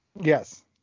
Yes